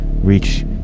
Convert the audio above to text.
reach